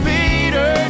Peter